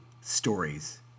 Stories